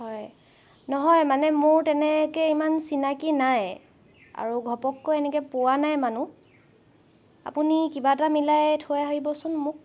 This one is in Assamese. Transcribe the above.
হয় নহয় মানে মোৰ তেনেকৈ ইমান চিনাকী নাই আৰু ঘপককৈ এনেকৈ পোৱা নাই মানুহ আপুনি কিবা এটা মিলাই থৈ আহিবচোন মোক